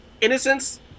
innocence